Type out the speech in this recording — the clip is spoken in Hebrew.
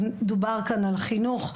דובר כאן על חינוך.